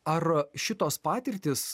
ar šitos patirtys